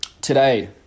Today